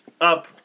Up